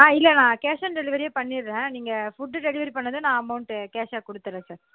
ஆ இல்லை நான் cash on டெலிவரியே பண்ணிடுறேன் நீங்கள் ஃபுட் டெலிவரி பண்ணதும் நான் அமௌண்ட் கேஷாக கொடுத்துறேன் சார்